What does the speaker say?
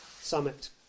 summit